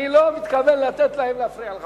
אני לא מתכוון לתת להם להפריע לך,